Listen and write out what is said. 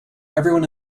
everyone